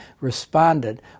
responded